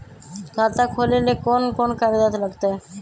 खाता खोले ले कौन कौन कागज लगतै?